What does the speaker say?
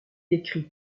écrit